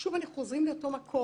שוב אנחנו חוזרים לאותו מקום.